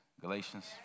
Galatians